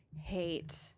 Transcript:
hate